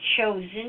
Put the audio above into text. chosen